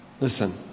Listen